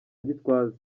gitwaza